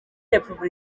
repubulika